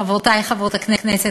חברותי חברות הכנסת,